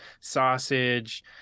sausage